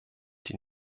die